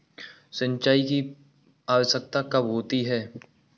सिंचाई की आवश्यकता कब होती है?